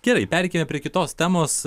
gerai pereikime prie kitos temos